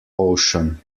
ocean